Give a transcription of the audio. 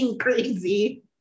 crazy